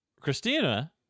Christina